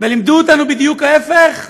ולימדו אותנו בדיוק ההפך?